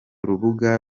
rubuga